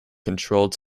controlled